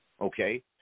Okay